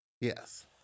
Yes